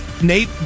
Nate